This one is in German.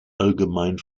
allgemein